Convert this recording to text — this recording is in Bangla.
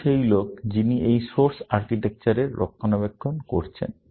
তিনিই সেই লোক যিনি এই সোর আর্কিটেকচার এর রক্ষণাবেক্ষণ করছেন